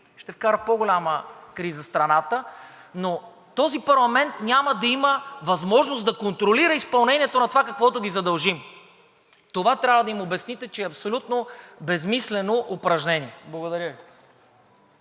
ще вкарат в по-голяма криза страната, но този парламент няма да има възможност да контролира изпълнението на това, каквото ги задължим. Това трябва да им обясните, че е абсолютно безсмислено упражнение. Благодаря Ви.